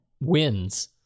wins